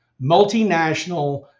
multinational